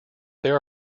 there